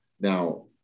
Now